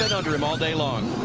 under him all day long.